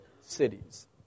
cities